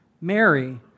Mary